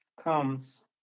comes